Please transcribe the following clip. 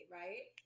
right